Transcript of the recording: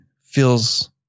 feels